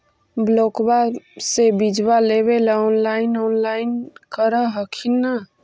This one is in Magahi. ब्लोक्बा से बिजबा लेबेले ऑनलाइन ऑनलाईन कर हखिन न?